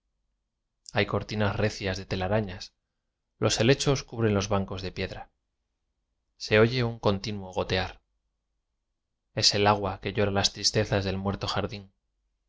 hay cortinas recias de telarañas los helechos cubren los bancos de piedra se oye un continuo gotear es el agua que llora las tristezas del muerto jardín